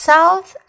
South